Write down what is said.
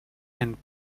and